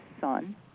son